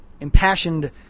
impassioned